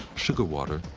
sugar water,